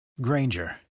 Granger